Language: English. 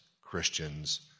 Christians